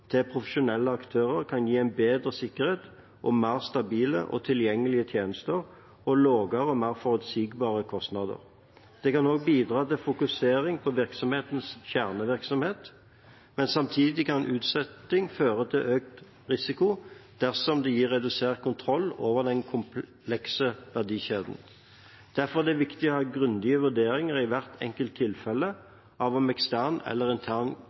til profesjonelle aktører kan gi bedre sikkerhet og mer stabile og tilgjengelige tjenester, og lavere og mer forutsigbare kostnader. Det kan også bidra til fokusering på virksomhetens kjernevirksomhet. Men samtidig kan utsetting føre til økt risiko dersom det gir redusert kontroll over den komplekse verdikjeden. Derfor er det viktig å ha grundige vurderinger i hvert enkelt tilfelle av om ekstern eller intern